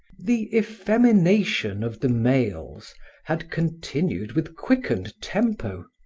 the effemination of the males had continued with quickened tempo.